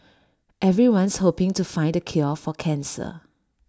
everyone's hoping to find the cure for cancer